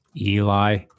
Eli